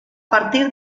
partir